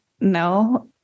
no